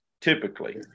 typically